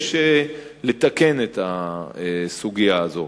יש לתקן את הסוגיה הזאת.